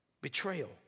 Betrayal